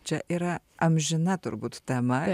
čia yra amžina turbūt tema